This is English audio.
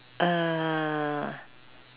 err